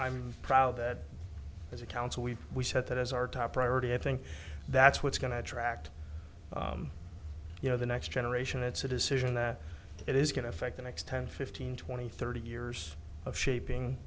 i'm proud that as a council we we set that as our top priority i think that's what's going to attract you know the next generation it's a decision that it is going to affect the next ten fifteen twenty thirty years of shaping